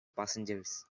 passengers